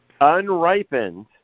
unripened